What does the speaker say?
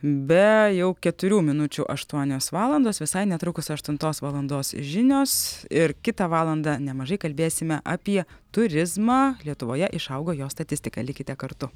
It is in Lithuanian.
be jau keturių minučių aštuonios valandos visai netrukus aštuntos valandos žinios ir kitą valandą nemažai kalbėsime apie turizmą lietuvoje išaugo jo statistika likite kartu